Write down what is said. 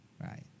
right